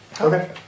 Okay